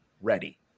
ready